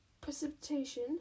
precipitation